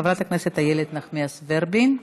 חברת הכנסת איילת נחמיאס ורבין,